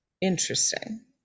interesting